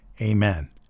Amen